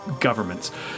governments